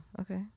okay